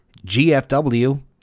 GFW